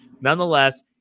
Nonetheless